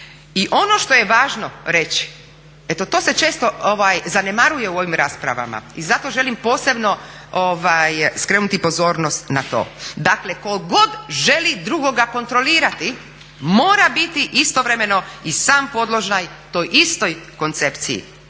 I ono što je važno reći, eto to se često zanemaruje u ovim raspravama i zato želim posebno skrenuti pozornost na to, dakle ko god želi drugoga kontrolirati mora biti istovremeno i sam podložan toj istoj koncepciji